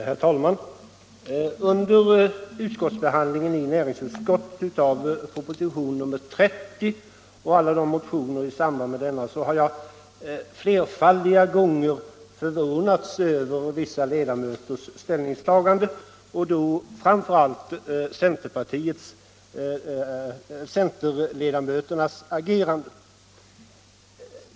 Herr talman! Under behandlingen i näringsutskottet av propositionen 30 och alla motionerna i samband med denna har jag flerfaldiga gånger förvånats över vissa ledamöters ställningstagande. Det gäller framför allt centerledamöternas agerande.